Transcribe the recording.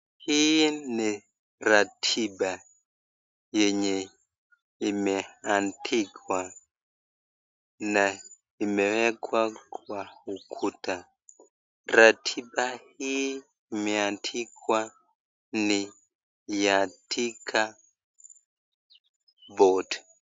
Hii ni ratiba yenye imeandikwa na imewekwa kwa ukuta , ratiba hii imeandikwa ni ya(cs) Tika boat (cs).